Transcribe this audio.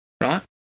right